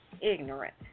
ignorant